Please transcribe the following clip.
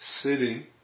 sitting